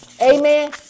Amen